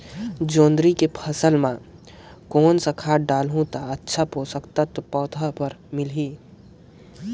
जोंदरी के फसल मां कोन सा खाद डालहु ता अच्छा पोषक तत्व पौध बार मिलही?